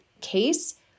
case